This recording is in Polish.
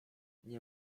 nie